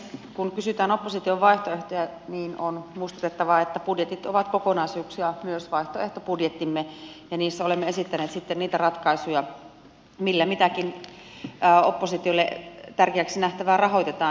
kun kysytään opposition vaihtoehtoja niin on muistutettava että budjetit ovat kokonaisuuksia myös vaihtoehtobudjettimme ja niissä olemme esittäneet sitten niitä ratkaisuja millä mitäkin oppositiolle tärkeäksi nähtävää rahoitetaan